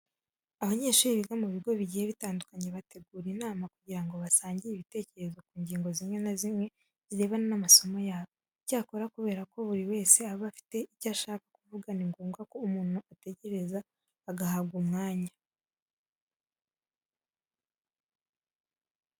Abanyeshuri biga mu bigo bigiye bitandukanye bategura inama kugira ngo basangire ibitekerezo ku ngingo zimwe na zimwe zirebana n'amasomo yabo. Icyakora kubera ko buri wese aba afite icyo ashaka kuvuga, ni ngombwa ko umuntu ategereza agahabwa umwanya.